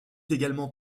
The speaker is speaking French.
également